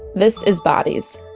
this is bodies,